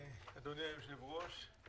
אדוני היושב-ראש.